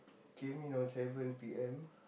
came in on seven P_M